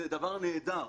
זה נדבר נהדר.